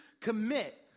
commit